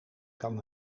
kan